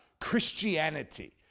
Christianity